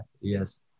yes